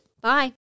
Bye